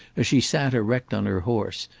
as she sat erect on her horse,